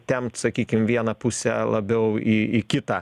tempt sakykim vieną pusę labiau į į kitą